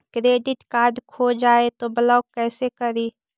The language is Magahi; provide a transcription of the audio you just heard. क्रेडिट कार्ड खो जाए तो ब्लॉक कैसे करी?